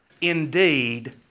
indeed